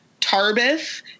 Tarbis